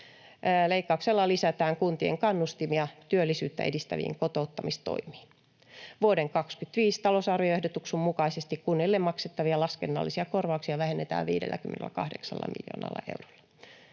Leikkauksella lisätään kuntien kannustimia työllisyyttä edistäviin kotouttamistoimiin. Vuoden 25 talousarvioehdotuksen mukaisesti kunnille maksettavia laskennallisia korvauksia vähennetään 58 miljoonalla eurolla.